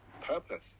purpose